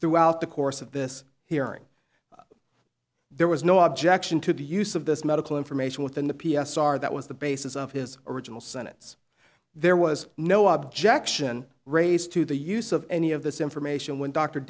throughout the course of this hearing there was no objection to the use of this medical information within the p s r that was the basis of his original sentence there was no objection raised to the use of any of this information when dr